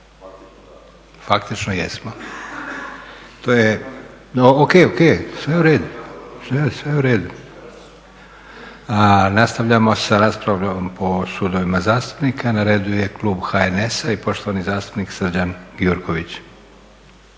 se./… To je, o.k. Sve u redu. Nastavljamo sa raspravom po klubovima zastupnika. Na redu je klub HNS-a i poštovani zastupnik Srđan Gjurković.